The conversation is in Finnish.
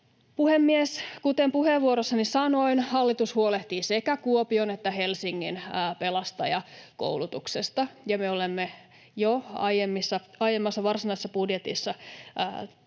Puhemies! Kuten puheenvuorossani sanoin, hallitus huolehtii sekä Kuopion että Helsingin pelastajakoulutuksesta, ja me olemme jo aiemmassa varsinaisessa budjetissa tähän